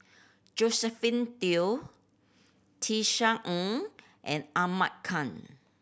Josephine Teo Tisa Ng and Ahmad Khan